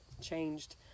changed